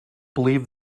believe